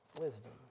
wisdom